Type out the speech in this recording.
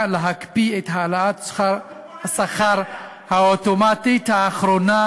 להקפיא את העלאת השכר האוטומטית האחרונה,